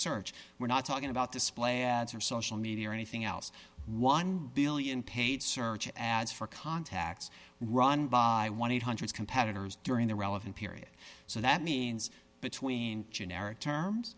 search we're not talking about display ads or social media or anything else one billion paid search ads for contacts were run by one thousand eight hundred competitors during the relevant period so that means between generic terms